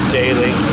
daily